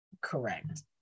Correct